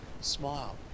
smile